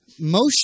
motion